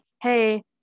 hey